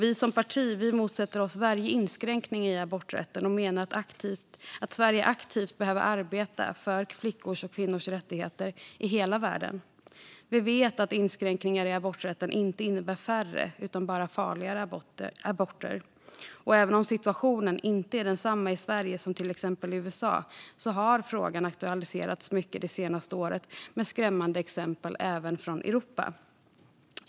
Vi som parti motsätter oss varje inskränkning i aborträtten och menar att Sverige aktivt behöver arbeta för flickors och kvinnors rättigheter i hela världen. Vi vet att inskränkningar i aborträtten inte innebär färre utan bara farligare aborter. Även om situationen inte är densamma i Sverige som till exempel i USA har frågan aktualiserats mycket det senaste året med skrämmande exempel även från Europa.